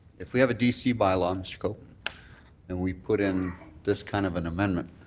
if we have a d c. bylaw and we put in this kind of an amendment,